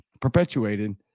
perpetuated